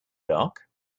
dark